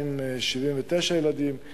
2,079 ילדים במגזר הערבי.